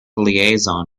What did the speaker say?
liaison